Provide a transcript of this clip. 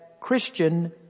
christian